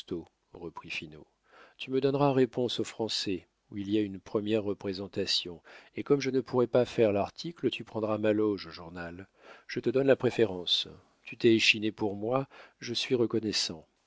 reprit finot tu me donneras réponse aux français où il y a une première représentation et comme je ne pourrai pas faire l'article tu prendras ma loge au journal je te donne la préférence tu t'es échiné pour moi je suis reconnaissant